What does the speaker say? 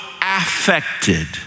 affected